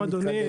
שלום, אדוני.